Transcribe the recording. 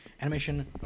Animation